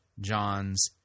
John's